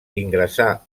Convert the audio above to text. ingressà